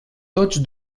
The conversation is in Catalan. tots